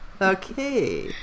Okay